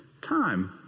time